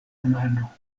mano